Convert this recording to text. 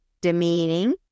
demeaning